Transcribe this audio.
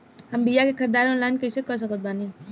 हम बीया के ख़रीदारी ऑनलाइन कैसे कर सकत बानी?